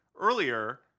earlier